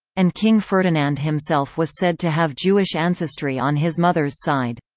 and king ferdinand himself was said to have jewish ancestry on his mother's side.